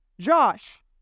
Josh